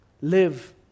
Live